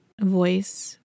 voice